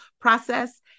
process